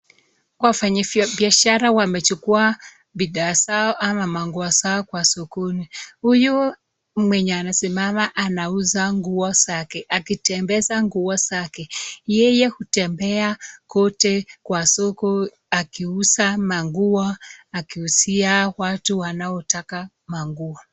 Kwa wanafanya biashara wamechukua bidhaa zao ama manguo zao kwa sokoni. Huyu mwenye anasimama anauza nguo zake akitembeza nguo zake. Yeye hutembea kote kwa soko akiuza manguo, akiwasia watu wanaotaka manguo.